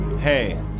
hey